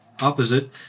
opposite